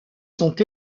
sont